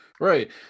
Right